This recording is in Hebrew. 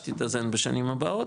שתתאזן בשנים הבאות,